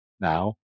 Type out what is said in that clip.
now